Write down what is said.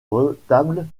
retable